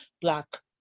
black